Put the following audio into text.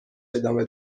دامه